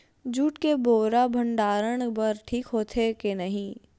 Jute के बोरा भंडारण बर ठीक होथे के नहीं?